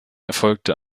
erfolgte